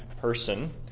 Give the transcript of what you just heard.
person